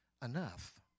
enough